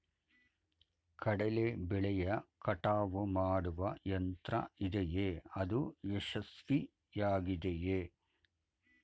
ಕಡಲೆ ಬೆಳೆಯ ಕಟಾವು ಮಾಡುವ ಯಂತ್ರ ಇದೆಯೇ? ಅದು ಯಶಸ್ವಿಯಾಗಿದೆಯೇ?